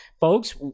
Folks